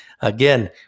again